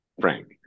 Frank